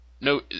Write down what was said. No